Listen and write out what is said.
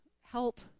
help